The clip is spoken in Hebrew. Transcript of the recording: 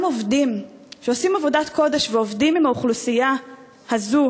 עובדים שעושים עבודת קודש ועובדים עם האוכלוסייה הזו